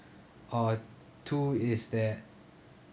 or two is that